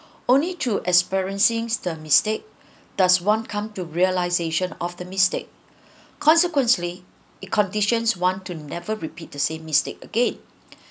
only to experiencing the mistake does one come to realization of the mistake consequently it conditions want to never repeat the same mistake again